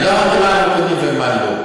אני לא אמרתי מה אני קונה ומה לא.